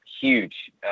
huge